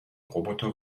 roboter